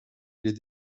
les